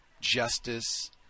justice